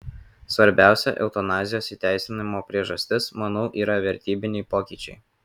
svarbiausia eutanazijos įteisinimo priežastis manau yra vertybiniai pokyčiai